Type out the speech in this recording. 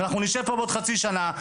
ואנחנו נשב פה עוד חצי שנה,